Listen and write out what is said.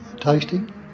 Tasting